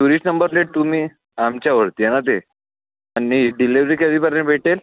tourist number plate तुम्ही आमच्यावरती आहे ना ते आणि डिलेवरी कधीपर्यंत भेटेल